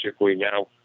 now